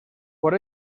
por